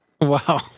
Wow